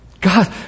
God